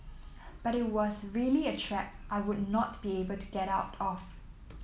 but it was really a trap I would not be able to get out of